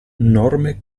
norme